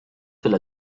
fill